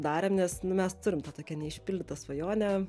darėm nes nu mes turim tą tokią neišpildytą svajonę